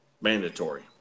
Mandatory